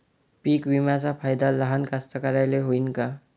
पीक विम्याचा फायदा लहान कास्तकाराइले होईन का?